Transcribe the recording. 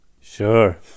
Sure